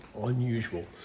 unusual